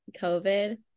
COVID